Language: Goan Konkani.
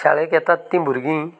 शाळेक येतात तीं भुरगीं